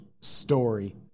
story